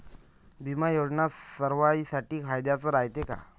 बिमा योजना सर्वाईसाठी फायद्याचं रायते का?